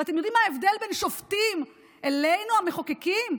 ואתם יודעים מה ההבדל בין שופטים אלינו, המחוקקים?